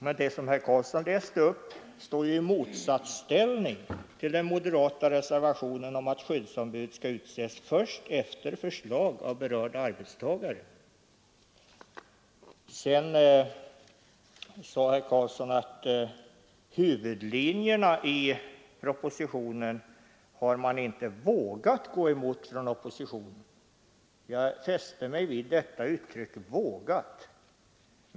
Men vad herr Karlsson här läste upp står ju i motsatsställning till den moderata reservationen om att skyddsombud skall utses först efter förslag av berörda arbetstagare. Slutligen sade herr Karlsson att man från oppositionen inte har vågat gå emot huvudlinjerna i propositionen. Jag fäste mig särskilt vid detta uttryck, ”vågat”.